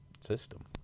system